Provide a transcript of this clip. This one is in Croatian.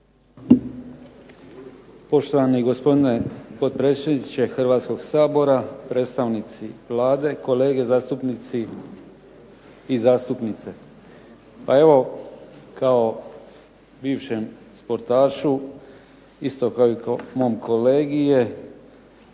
Poštovani gospodine potpredsjedniče Hrvatskog sabora, predstavnici Vlade, kolege zastupnici i zastupnice. Pa evo kao bivšem sportašu, isto kao i mom kolegi je